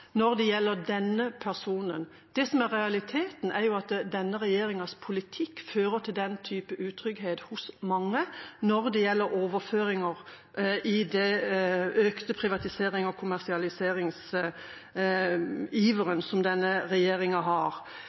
Realiteten er at denne regjeringens politikk når det gjelder overføringer, fører til denne typen utrygghet hos mange – i den økte privatiserings- og kommersialiseringsiveren som denne regjeringen har.